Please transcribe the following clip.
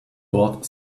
bought